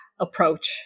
approach